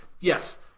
Yes